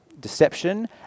deception